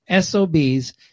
SOBs